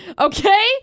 Okay